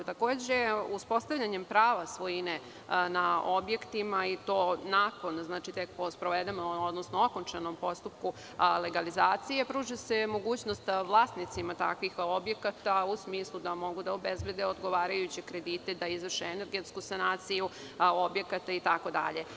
Uspostavljanjem prava svojine na objektima i to po sprovedenom, odnosno okončanom postupku legalizacije, pruža se mogućnost vlasnicima takvih objekata u smislu da mogu da obezbede odgovarajuće kredite, da izvrše energetsku sanaciju objekata itd.